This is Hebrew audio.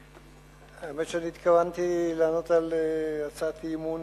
האמת היא שאני התכוונתי לענות על הצעת אי-אמון